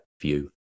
view